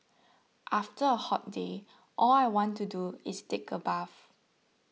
after a hot day all I want to do is take a bath